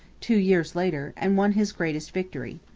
two years later, and won his greatest victory.